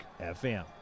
FM